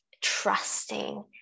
trusting